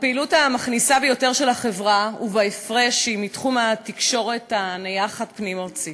הפעילות המכניסה ביותר של החברה היא מתחום התקשורת הנייחת הפנים-ארצית.